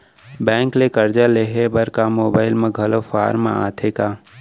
Bank ले करजा लेहे बर का मोबाइल म घलो फार्म आथे का?